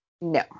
No